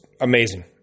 amazing